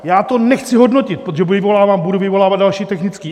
Já to nechci hodnotit, protože budu vyvolávat další technický.